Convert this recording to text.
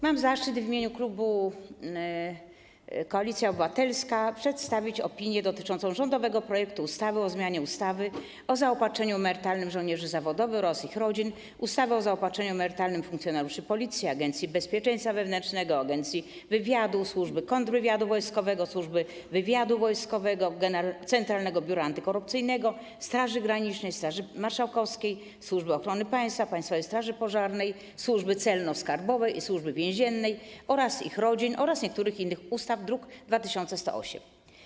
Mam zaszczyt przedstawić w imieniu klubu Koalicja Obywatelska opinię dotyczącą rządowego projektu ustawy o zmianie ustawy o zaopatrzeniu emerytalnym żołnierzy zawodowych oraz ich rodzin, ustawy o zaopatrzeniu emerytalnym funkcjonariuszy Policji, Agencji Bezpieczeństwa Wewnętrznego, Agencji Wywiadu, Służby Kontrwywiadu Wojskowego, Służby Wywiadu Wojskowego, Centralnego Biura Antykorupcyjnego, Straży Granicznej, Straży Marszałkowskiej, Służby Ochrony Państwa, Państwowej Straży Pożarnej, Służby Celno-Skarbowej i Służby Więziennej oraz ich rodzin oraz niektórych innych ustaw, druk nr 2108.